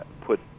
put